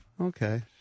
Okay